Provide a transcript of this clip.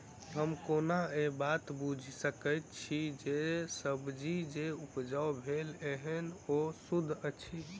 हम केना ए बात बुझी सकैत छी जे सब्जी जे उपजाउ भेल एहन ओ सुद्ध अछि?